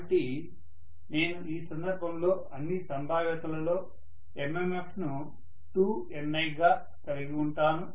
కాబట్టి నేను ఈ సందర్భంలో అన్ని సంభావ్యతలలో MMF ను 2Ni గా కలిగి ఉంటాను